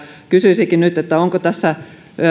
kysyisinkin nyt onko tässä